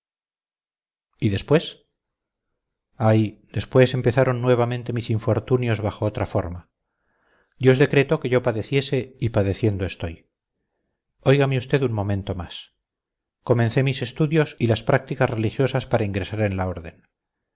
y después ay después empezaron nuevamente mis infortunios bajo otra forma dios decretó que yo padeciese y padeciendo estoy oígame usted un momento más comencé mis estudios y las prácticas religiosas para ingresar en la orden